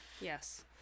yes